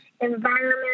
environment